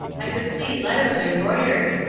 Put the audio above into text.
i could see letters embroidered.